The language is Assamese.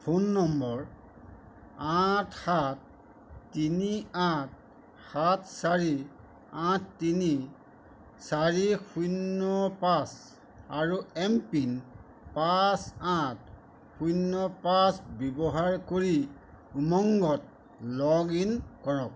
ফোন নম্বৰ আঠ সাত তিনি আঠ সাত চাৰি আঠ তিনি চাৰি শূন্য পাঁচ আৰু এমপিন পাঁচ আঠ শূন্য পাঁচ ব্যৱহাৰ কৰি উমংগত লগ ইন কৰক